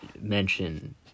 mention